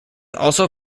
also